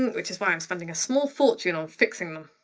which is why i'm spending a small fortune on fixing them.